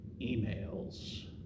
emails